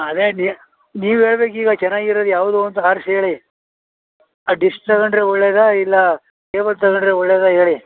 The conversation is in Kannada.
ಅದೇ ನೀವು ಹೇಳ್ಬೇಕ್ ಈಗ ಚೆನ್ನಾಗಿರೋದ್ ಯಾವುದು ಅಂತ ಆರ್ಸಿ ಹೇಳಿ ಆ ಡಿಶ್ ತಗೊಂಡ್ರೆ ಒಳ್ಳೆಯದ ಇಲ್ಲ ಕೇಬಲ್ ತಗೊಂಡ್ರೆ ಒಳ್ಳೆಯದಾ ಹೇಳಿ